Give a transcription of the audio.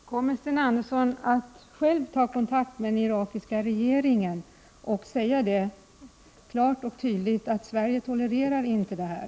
Fru talman! Kommer Sten Andersson att själv ta kontakt med den irakiska regeringen och säga klart och tydligt att Sverige inte tolererar det här?